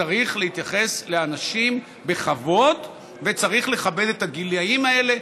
צריך להתייחס לאנשים בכבוד וצריך לכבד את הגילים האלה,